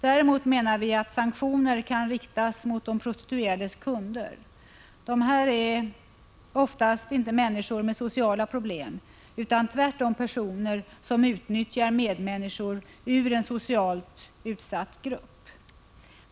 Däremot menar vi att sanktioner kan riktas mot de prostituerades kunder. Dessa är oftast inte människor med sociala problem utan tvärtom personer som utnyttjar medmänniskor ur en socialt utsatt grupp.